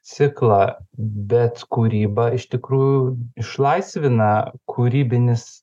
ciklą bet kūryba iš tikrųjų išlaisvina kūrybinis